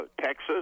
Texas